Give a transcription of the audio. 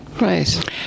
Right